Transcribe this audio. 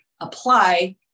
apply